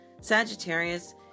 Sagittarius